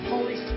Holy